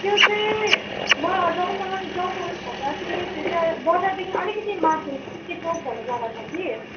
त्यो चाहिँ त्यो चाहिँ बजारदेखि अलिकति माथि सिके चोक भन्ने जग्गा छ कि